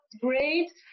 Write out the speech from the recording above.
great